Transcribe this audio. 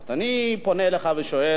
אני פונה אליך ושואל,